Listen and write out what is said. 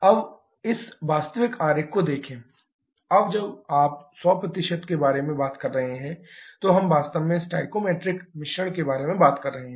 अब इस वास्तविक आरेख को देखें अब जब आप 100 के बारे में बात कर रहे हैं तो हम वास्तव में स्टोइकोमेट्रिक मिश्रण के बारे में बात कर रहे हैं